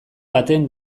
baten